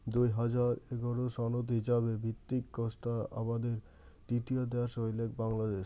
দুই হাজার এগারো সনত হিছাবে ভিত্তিক কোষ্টা আবাদের দ্বিতীয় দ্যাশ হইলেক বাংলাদ্যাশ